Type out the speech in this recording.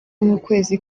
nk’ukwezi